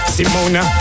Simona